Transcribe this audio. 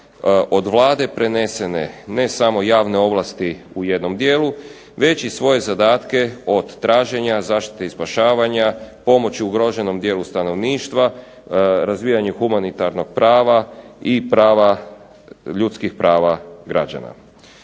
od Vlade prenesene ne samo javne ovlasti u jednom dijelu već i svoje zadatke od traženja zaštite i spašavanja, pomoć ugroženom dijelu stanovništva, razvijanje humanitarnog prava i ljudskih prava građana.